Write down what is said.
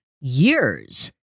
years